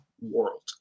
world